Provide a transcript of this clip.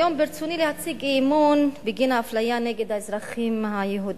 היום ברצוני להציג אי-אמון בגין האפליה נגד האזרחים היהודים.